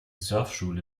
surfschule